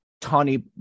Tawny